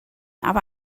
aber